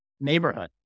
neighborhood